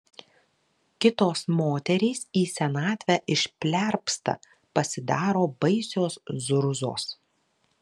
kitos moterys į senatvę išplerpsta pasidaro baisios zurzos